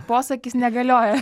posakis negalioja